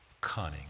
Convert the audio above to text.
cunning